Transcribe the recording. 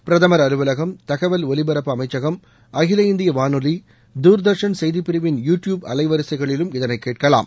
பிரதமர் அலுவலகம் தகவல் ஒலிபரப்பு அமைச்சகம் அகில இந்திய வானொலி துதர்ஷன் செய்திப்பிரிவின் யூ டியூப் அலைவரிசைகளிலும் இதனைக் கேட்கலாம்